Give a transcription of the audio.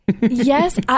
Yes